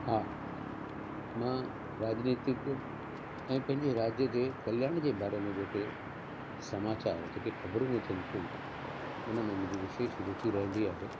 हा मां राजनीतिक ऐं पंहिंजे राज्य जे कल्याण जे बारे में जेके समाचारु जेके ख़बरूं अचनि थियूं हुन में मुंहिंजी विशेष रूची रहंदी आहे